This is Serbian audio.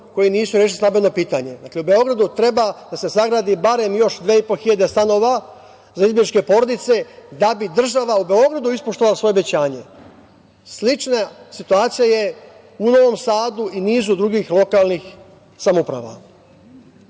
koje nisu rešile stambeno pitanje. Dakle, Beogradu treba da se sagradi barem još 2.500 stanova za izbegličke porodice, da bi država u Beogradu ispoštovala svoje obećanje. Slična situacija je u Novom Sadu i nizu drugih lokalnih samouprava.